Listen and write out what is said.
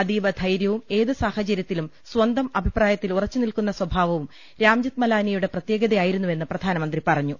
അതീവ ധൈര്യവും ഏത് സാഹചര്യത്തിലും സ്വന്തം അഭിപ്രായത്തിൽ ഉറച്ചുനിൽക്കുന്ന സ്ഥഭാ വവും രാംജത്ത് മലാനിയുടെ പ്രത്യേകതയായിരുന്നുവെന്ന് പ്രധാനമന്ത്രി പറഞ്ഞു